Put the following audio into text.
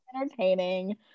entertaining